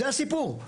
זה הסיפור.